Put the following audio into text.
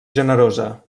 generosa